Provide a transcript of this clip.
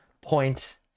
point